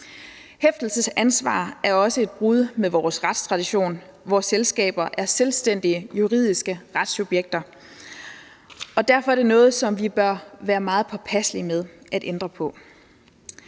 Hæftelsesansvar er også et brud med vores retstradition, hvor selskaber er selvstændige juridiske retsobjekter, og derfor er det noget, som vi bør være meget påpasselige med at ændre på.